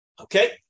Okay